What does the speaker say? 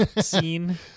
scene